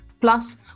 Plus